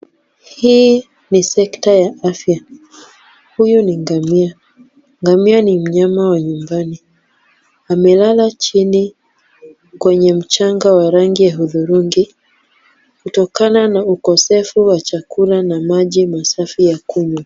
Hii ni sekta ya afya. Huyu ni ngamia. Ngamia ni mnyama wa nyumbani, amelala chini kwenye mchanga wa rangi ya hudhurungi kutokana na ukosefu wa chakula na maji ya kunywa.